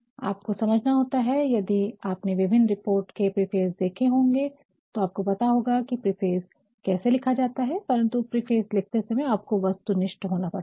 आपको समझना होता है यदि आपने विभिन्न रिपोर्ट के प्रीफेस देखें होंगे तो आपको पता चलता है कि प्रीफेस कैसे लिखा जाता है परंतु प्रीफेस लिखते समय आपको वस्तुनिष्ठ होना पड़ता है